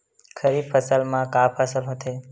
खरीफ फसल मा का का फसल होथे?